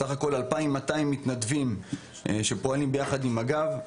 סך הכול יש 2,200 מתנדבים שפועלים ביחד עם מג"ב.